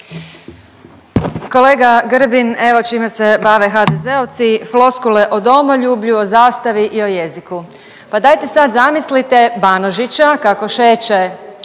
Kolega Grbin evo čime se bave HDZ-ovci floskule o domoljublju, o zastavi i o jeziku. Pa dajte sad zamislite Banožića kako šeće